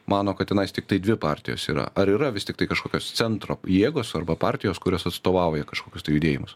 mano kad tenais tiktai dvi partijos yra ar yra vis tiktai kažkokios centro jėgos arba partijos kurios atstovauja kažkokius tai judėjimus